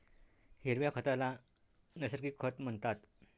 हिरव्या खताला नैसर्गिक खत म्हणतात